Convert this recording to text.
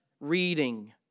reading